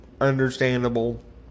understandable